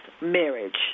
marriage